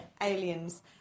Aliens